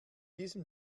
diesem